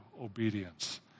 obedience